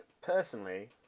personally